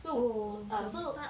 oh hempap